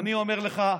אז אני אומר לך,